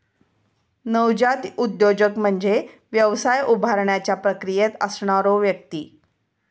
नवजात उद्योजक म्हणजे व्यवसाय उभारण्याच्या प्रक्रियेत असणारो व्यक्ती